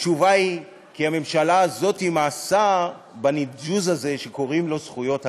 התשובה היא: כי הממשלה הזאת מאסה בניג'וס הזה שקוראים לו זכויות אדם.